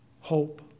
hope